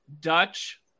Dutch